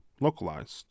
localized